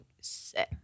sick